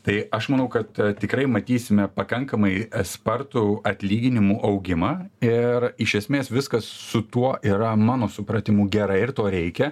tai aš manau kad tikrai matysime pakankamai spartų atlyginimų augimą ir iš esmės viskas su tuo yra mano supratimu gerai ir to reikia